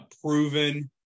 proven